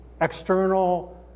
external